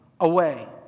away